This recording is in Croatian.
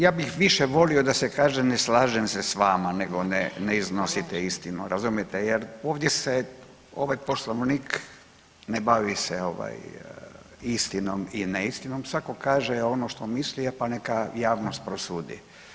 Ja bih više volio da se kaže ne slažem se s vama, nego ne, ne iznosite istinu razumijete jer ovdje se ovaj poslovnik ne bavi se ovaj istinom i ne istinom, svatko kaže ono što misli, pa neka javnost prosudi.